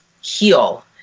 heal